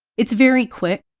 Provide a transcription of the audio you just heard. it's very quick,